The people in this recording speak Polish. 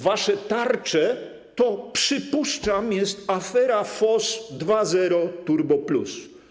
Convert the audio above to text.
Wasze tarcze to, przypuszczam, jest afera FOZZ 2.0 turbo plus.